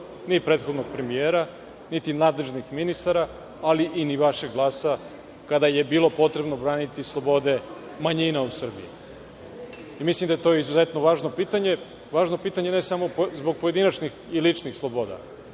ni prethodnog premijera, niti nadležnih ministara, ali ni vašeg glasa kada je bilo potrebno braniti slobode manjina u Srbiji. Mislim da je to izuzetno važno pitanje, važno pitanje ne samo zbog pojedinačnih i ličnih sloboda.